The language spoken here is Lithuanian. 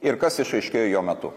ir kas išaiškėjo jo metu